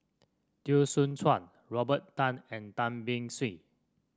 Teo Soon Chuan Robert Tan and Tan Beng Swee